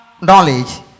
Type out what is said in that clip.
knowledge